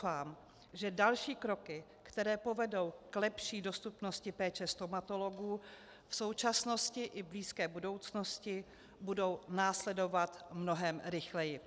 Pevně doufám, že další kroky, které povedou k lepší dostupnosti péče stomatologů v současnosti i blízké budoucnosti, budou následovat mnohem rychleji.